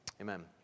Amen